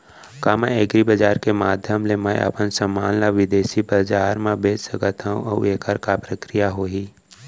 का एग्रीबजार के माधयम ले मैं अपन समान ला बिदेसी बजार मा बेच सकत हव अऊ एखर का प्रक्रिया होही?